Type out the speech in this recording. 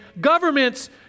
Governments